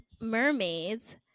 mermaids